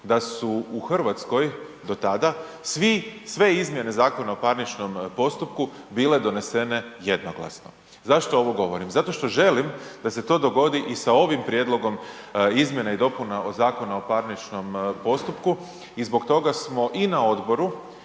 da su u Hrvatskoj do tada, svi, sve izmjene zakona o parničnom postupku bile donesene jednoglasno. Zašto ovo govorim, zato što želim da se to dogodi i sa ovim prijedlogom izmjena i dopuna Zakona o parničnom postupku i zbog toga smo i na odboru,